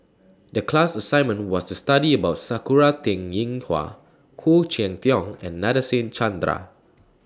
The class assignment was to study about Sakura Teng Ying Hua Khoo Cheng Tiong and Nadasen Chandra